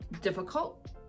difficult